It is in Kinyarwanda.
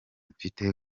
mfite